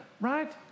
right